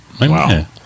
Wow